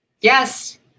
yes